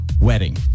wedding